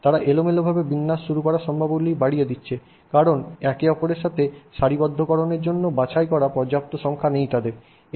তারা এলোমেলোভাবে বিন্যাস শুরু করার সম্ভাবনাগুলি বাড়িয়ে দিচ্ছে কারণ একে অপরের সাথে সারিবদ্ধকরণের জন্য বাছাই করার পর্যাপ্ত সংখ্যা নেই তাদের